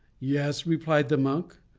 yes, replied the monk,